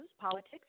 politics